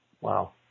wow